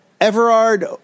Everard